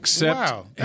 wow